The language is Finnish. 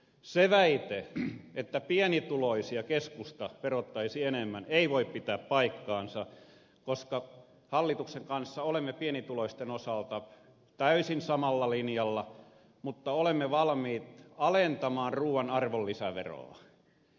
se väite että keskusta verottaisi enemmän pienituloisia ei voi pitää paikkaansa koska hallituksen kanssa olemme pienituloisten osalta täysin samalla linjalla mutta olemme valmiit alentamaan ruuan arvonlisäveroa